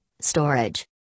storage